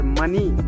money